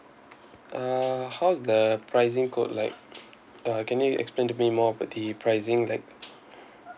uh how's the pricing quote like uh can you explain to me more about the pricing like